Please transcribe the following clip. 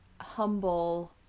humble